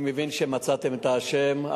אני מבין שמצאתם את האשם.